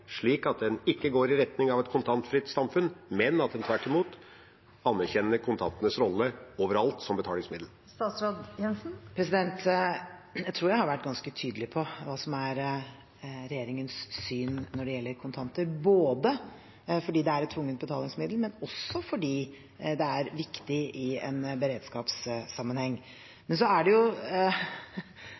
retning av et kontantfritt samfunn, men tvert imot anerkjenner kontantenes rolle som betalingsmiddel overalt? Jeg tror jeg har vært ganske tydelig på hva som er regjeringens syn når det gjelder kontanter, både fordi det er et tvungent betalingsmiddel, og fordi det er viktig i en beredskapssammenheng. Men denne utviklingen er jo